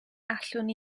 allwn